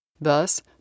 Thus